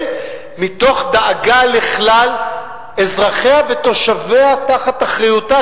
מתוך דאגה לכלל אזרחיה ותושביה שתחת אחריותה,